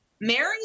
mary